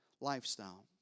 lifestyle